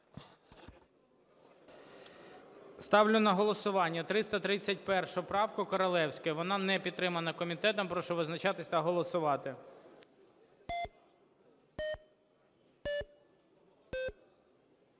Ставлю на голосування 331 правку Королевської. Вона не підтримана комітетом. Прошу визначатись та голосувати.